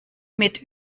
mit